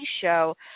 show